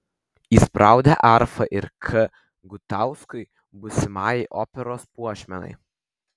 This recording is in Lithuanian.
įspraudė arfą ir k gutauskui būsimajai operos puošmenai